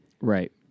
Right